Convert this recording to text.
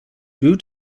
due